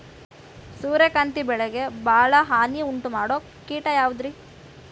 ಸೂರ್ಯಕಾಂತಿ ಬೆಳೆಗೆ ಭಾಳ ಹಾನಿ ಉಂಟು ಮಾಡೋ ಕೇಟ ಯಾವುದ್ರೇ?